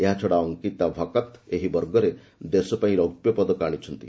ଏହାଛଡ଼ା ଅଙ୍କିତା ଭକତ୍ ଏହି ବର୍ଗରେ ଦେଶପାଇଁ ରୌପ୍ୟ ପଦକ ଆଣିଛନ୍ତି